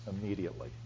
immediately